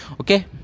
okay